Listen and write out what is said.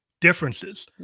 differences